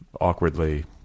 awkwardly